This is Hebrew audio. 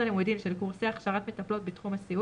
הלימודים של קורסי הכשרת מטפלות בתחום הסיעוד,